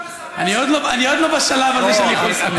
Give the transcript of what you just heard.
אני עוד לא בשלב הזה שאני יכול לסנן.